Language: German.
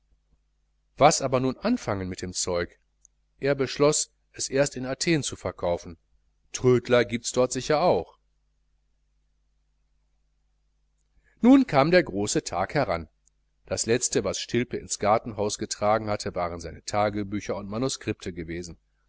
was aber nun anfangen mit dem zeug er beschloß es erst in athen zu verkaufen trödler giebts dort sicher auch nun kam der große tag heran das letzte was stilpe ins gartenhaus getragen hatte waren seine tagebücher und manuskripte gewesen